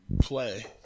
play